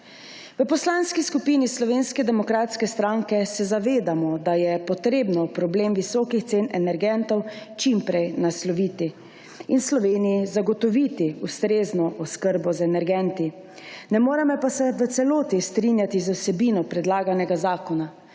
V Poslanski skupini Slovenske demokratske stranke se zavedamo, da je treba problem visokih cen energentov čim prej nasloviti in Sloveniji zagotoviti ustrezno oskrbo z energenti. Ne moremo pa se v celoti strinjati z vsebino predlaganega zakona,